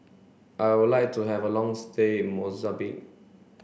I would like to have a long stay in Mozambique